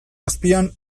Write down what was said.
azpian